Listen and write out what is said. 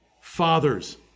Fathers